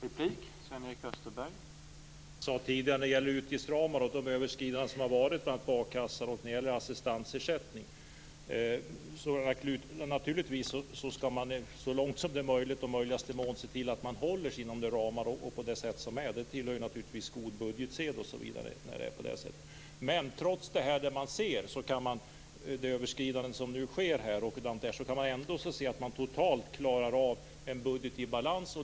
Herr talman! Jag sade tidigare när det gäller utgiftsramarna och de överskridanden som skett för akassan och assistansersättningen att man så långt som möjligt skall se till att hålla sig inom de ramar som finns. Det tillhör givetvis god budgetsed osv. Men trots de överskridanden som nu sker kan man ändå se att man klarar av en budget i balans.